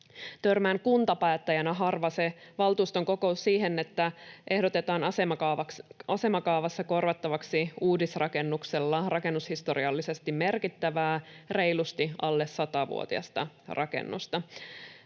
Törmään kuntapäättäjänä harva se valtuuston kokous siihen, että ehdotetaan asemakaavassa korvattavaksi uudisrakennuksella rakennushistoriallisesti merkittävää, reilusti alle 100-vuotiasta rakennusta.